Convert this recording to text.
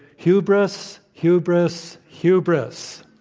hubris, hubris, hubris.